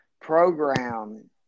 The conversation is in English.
program